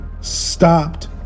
stopped